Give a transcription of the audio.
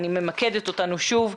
אני ממקדת אותנו שוב,